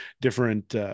different